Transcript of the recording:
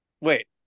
Wait